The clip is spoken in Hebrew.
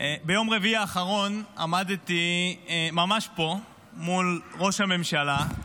ביום רביעי האחרון עמדתי ממש פה, מול ראש הממשלה,